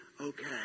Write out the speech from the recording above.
okay